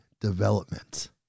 development